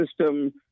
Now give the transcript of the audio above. system